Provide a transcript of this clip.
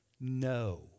no